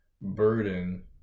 burden